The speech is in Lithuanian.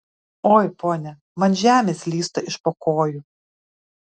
oi ponia man žemė slysta iš po kojų